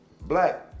black